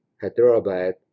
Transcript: Hyderabad